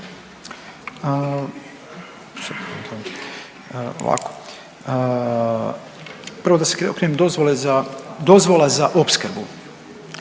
Ovako. Prvo da se, dozvola za opskrbu.